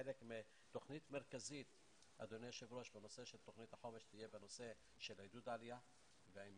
חלק מתכנית מרכזית בנושא של תכנית החומש יהיה בנושא של עידוד העלייה ועם